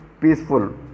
peaceful